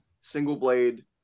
single-blade